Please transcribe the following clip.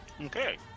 Okay